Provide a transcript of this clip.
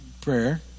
prayer